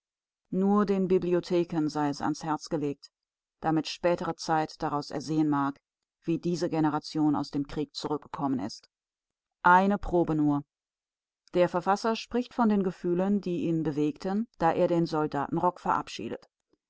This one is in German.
nur den bibliotheken sei es ans herz gelegt damit spätere zeit daraus ersehen mag wie diese generation aus dem krieg zurückgekommen ist eine probe nur der verfasser spricht von den gefühlen die ihn bewegten da er den soldatenrock verabschiedet